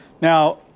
Now